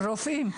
חסרים רופאים.